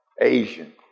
Asian